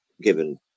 given